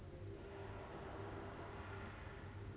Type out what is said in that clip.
mm